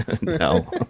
No